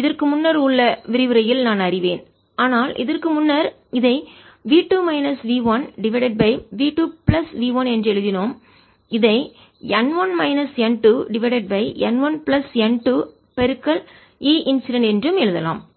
இதற்கு முன்னர் உள்ள விரிவுரையில் நான் அறிவேன் ஆனால் இதற்கு முன்னர் இதை V 2 minus V1 divided by V 2 plus V1 என்று எழுதினோம் இதை n 1 minus n 2 divided by n 1 plus n 2 E incident என்றும் எழுதலாம்